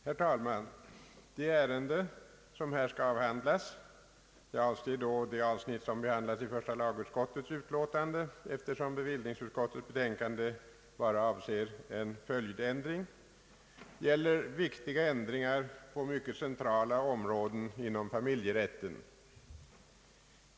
Herr talman! Det ärende som här skall avhandlas — jag avser då det avsnitt som behandlas i första lagutskottets utlåtande, eftersom bevillningsutskottets betänkande endast avser en följdändring — gäller viktiga ändringar på mycket centrala områden inom familjerätten.